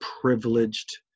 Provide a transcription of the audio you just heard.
privileged